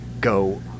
go